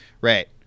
right